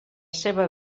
seva